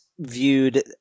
Viewed